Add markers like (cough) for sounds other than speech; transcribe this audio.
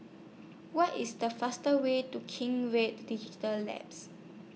What IS The faster Way to Kent (unintelligible) Digital Labs